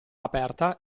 aperta